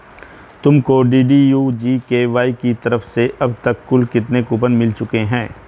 तुमको DDU GKY की तरफ से अब तक कुल कितने कूपन मिल चुके हैं?